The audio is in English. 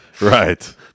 right